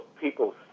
people